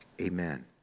Amen